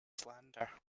slander